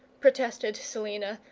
protested selina,